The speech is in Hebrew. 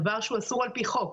דבר שהוא אסור על פי חוק.